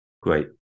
Great